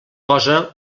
cosa